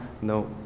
No